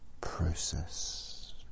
process